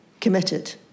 committed